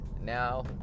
now